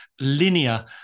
linear